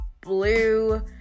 blue